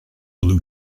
blue